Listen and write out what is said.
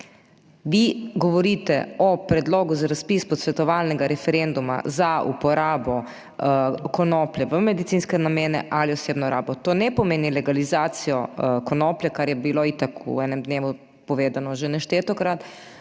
Vi govorite o predlogu za razpis posvetovalnega referenduma za uporabo konoplje v medicinske namene ali osebno rabo. To ne pomeni legalizacijo konoplje, kar je bilo itak v enem dnevu povedano že neštetokrat.